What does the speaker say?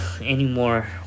anymore